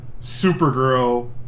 Supergirl